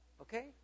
okay